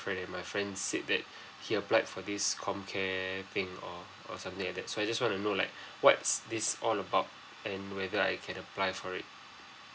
and my friend said that he applied for this com care thing or or something like that so I just wanna know like what's this all about and whether I can apply for it